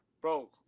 bro